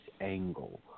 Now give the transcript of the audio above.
angle